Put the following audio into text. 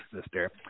sister